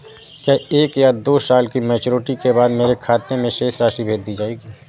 क्या एक या दो साल की मैच्योरिटी के बाद मेरे खाते में राशि भेज दी जाएगी?